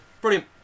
Brilliant